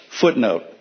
footnote